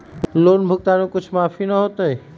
Loan भुगतान में कुछ माफी न होतई?